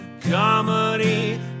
Comedy